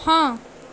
ہاں